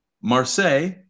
Marseille